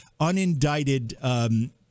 unindicted